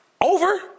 over